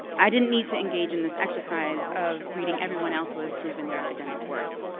i didn't need to engage in this exercise of reading everyone else who has proven their academic worth,